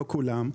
לא כולם,